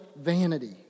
vanity